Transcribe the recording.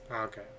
Okay